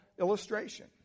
illustration